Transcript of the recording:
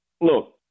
look